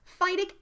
phytic